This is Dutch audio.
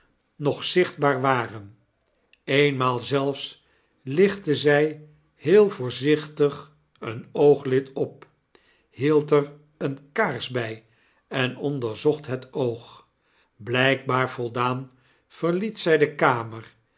nog zichtbaar waren eenmaal zelfs lichtte zij zeer voorzichtig een ooglid op hield er eene kaars bij en onderzocht het oog blpbaar voldaan verliet zij de kamer